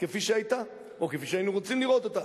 כפי שהיתה או כפי שהיינו רוצים לראות אותה,